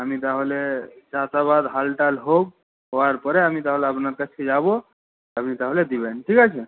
আমি তাহলে চাষাবাদ হাল টাল হোক হওয়ার পরে আমি তাহলে আপনার কাছে যাব আপনি তাহলে দেবেন ঠিক আছে